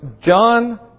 John